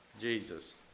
Jesus